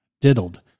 diddled